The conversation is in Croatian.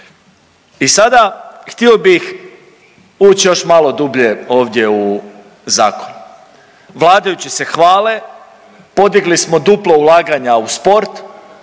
I sada htio bih ući još malo dublje ovdje u zakon. Vladajući se hvale podigli smo duplo ulaganja u sport